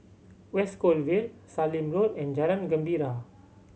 West Coast Vale Sallim Road and Jalan Gembira